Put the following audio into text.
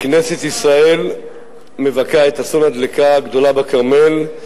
כנסת ישראל מבכה את אסון הדלקה הגדולה בכרמל,